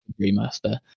remaster